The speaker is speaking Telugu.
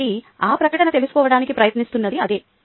కాబట్టి ఆ ప్రకటన తెలుసుకోవడానికి ప్రయత్నిస్తున్నది అదే